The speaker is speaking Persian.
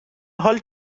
حال